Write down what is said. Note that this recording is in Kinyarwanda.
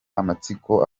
amatsiko